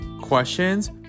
questions